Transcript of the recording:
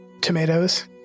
Tomatoes